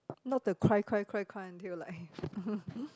not the cry cry cry cry until like